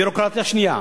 ביורוקרטיה שנייה,